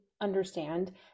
understand